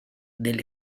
del